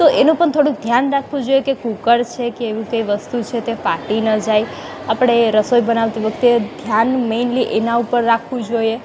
તો એનું પણ થોડુંક ધ્યાન રાખવું જોઈએ કે કૂકર છે કે એવી કઈ વસ્તુ છે તે ફાટી ન જાય આપણે રસોઈ બનાવતી વખતે ધ્યાન મેઈનલી એના ઉપર રાખવું જોઈએ